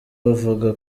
bavuga